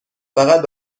فقط